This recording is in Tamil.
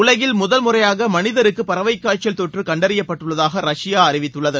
உலகில் முதல் முறையாக மனிதருக்கு பறவை காய்ச்சல் தொற்று கண்டறியப்பட்டுள்ளதாக ரஷ்யா அறிவித்தள்ளது